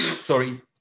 sorry